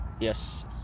Yes